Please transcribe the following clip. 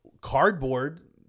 Cardboard